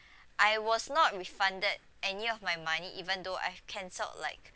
I was not refunded any of my money even though I've cancelled like